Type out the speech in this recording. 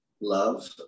love